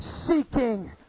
Seeking